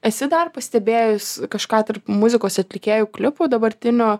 esi dar pastebėjus kažką tarp muzikos atlikėjų klipų dabartinio